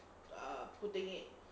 err putting it